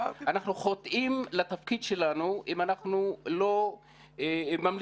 אנחנו חוטאים לתפקיד שלנו אם אנחנו לא ממליצים